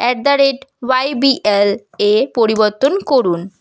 at the rate Y B L এ পরিবর্তন করুন